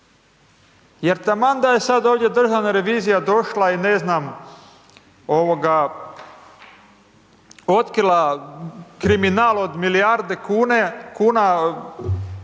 Jer taman da je sad ovdje državna revizija došla i ne znam, otkrila kriminal od milijarde kuna,